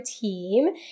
team